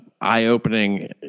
eye-opening